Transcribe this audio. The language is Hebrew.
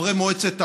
חברי מועצת העם,